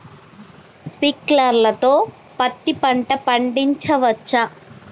Sprinkler తో పత్తి పంట పండించవచ్చా?